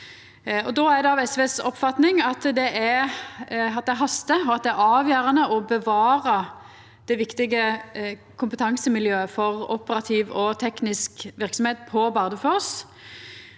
Då er det SVs oppfatning at det hastar, og at det er avgjerande å bevara det viktige kompetansemiljøet for operativ og teknisk verksemd på Bardufoss,